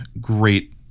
Great